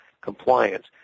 compliance